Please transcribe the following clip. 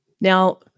Now